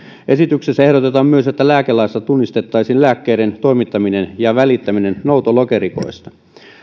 esityksessä ehdotetaan myös että lääkelaissa tunnistettaisiin lääkkeiden toimittaminen ja välittäminen noutolokerikoista